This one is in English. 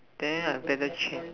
then I better change